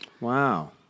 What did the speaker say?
Wow